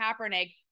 Kaepernick